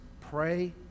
pray